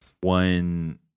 one